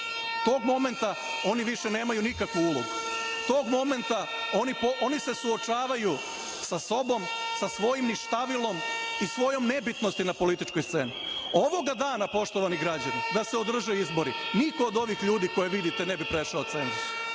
tog momenta oni više nemaju nikakvu ulogu. Tog momenta oni se suočavaju sa sobom, sa svojim ništavilom i svojom nebitnosti na političkoj sceni. Ovoga dana, poštovani građani, da se održe izbori niko od ovih ljudi koji vidite ne bi prešao cenzus.